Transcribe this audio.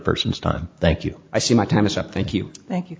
person's time thank you i see my time is up thank you thank you